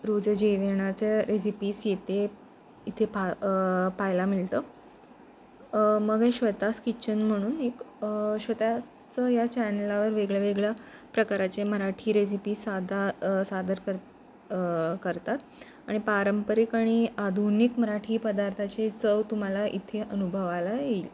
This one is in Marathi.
रोज जेवणाचे रेसिपीज येते इथे फा पाहायला मिळतं मग आहे श्वेतास किचन म्हणून एक श्वेता चं या चॅनलावर वेगळ्या वेगळ्या प्रकाराचे मराठी रेसिपी साधा सादर कर करतात आणि पारंपरिक आणि आधुनिक मराठी पदार्थाचे चव तुम्हाला इथे अनुभवाला येईल